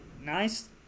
nice